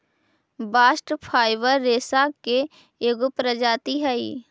bast fibre रेसा के एगो प्रजाति हई